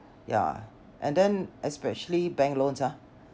ya and then especially bank loans ah